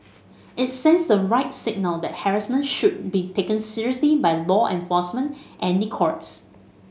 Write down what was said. it sends the right signal that harassment should be taken seriously by law enforcement and the courts